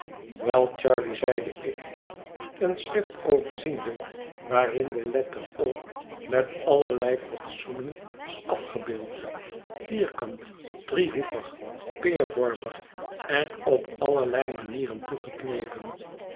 wel charley zeide ik een schrift overziende waarin de letter o met allerlei fatsoenen was afgebeeld vierkant driehoekig peervormig en op allerlei manieren